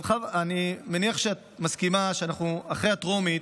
אני מניח שאת מסכימה שאחרי הטרומית,